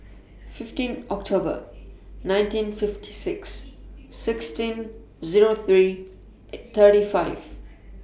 fifteen October nineteen fifty six sixteen Zero three thirty five